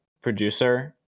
producer